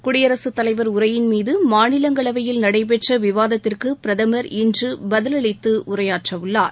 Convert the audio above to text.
குடியரசுத் தலைவர் உரையின்மீது மாநிலங்களவையில் நடைபெற்ற விவாதத்திற்கு பிரதமர் இன்று பதிலளித்து உரையாற்றவுள்ளார்